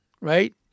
right